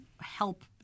help